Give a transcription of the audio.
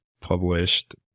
published